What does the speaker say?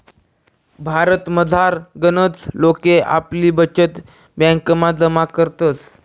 भारतमझार गनच लोके आपली बचत ब्यांकमा जमा करतस